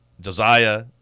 Josiah